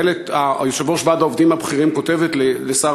יושבת-ראש ועד העובדים הבכירים כותבת לשר